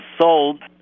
sold